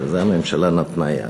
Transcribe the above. ולזה הממשלה נתנה יד.